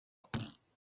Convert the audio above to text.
akora